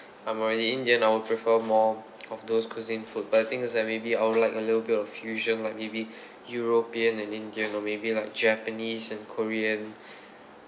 I'm already indian I will prefer more of those cuisine food but the thing is that maybe I'd like a little bit of fusion like maybe european and indian or maybe like japanese and korean